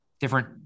different